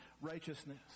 righteousness